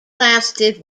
lasted